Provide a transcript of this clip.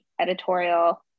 editorial